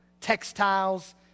textiles